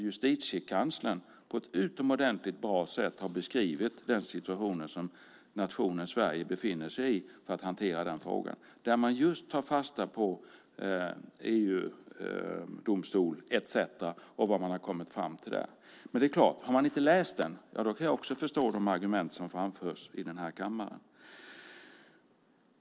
Justitiekanslern har på ett utomordentligt bra sätt beskrivit den situation som nationen Sverige befinner sig i och hur den frågan hanteras. Man tar just fasta på EU-domstolen och vad de har kommit fram till där. Men det är klart, har man inte läst detta kan jag också förstå de argument som framförs i kammaren.